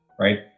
right